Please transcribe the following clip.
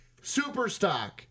Superstock